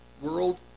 world